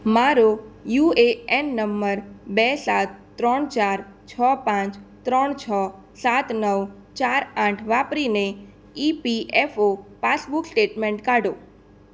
મારો U A N number બે સાત ત્રણ ચાર છ પાંચ ત્રણ છ સાત નવ ચાર આઠ વાપરીને ઇપીએફઓ પાસબુક સ્ટેટમેન્ટ કાઢો